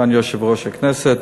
לסגן יושב-ראש הכנסת.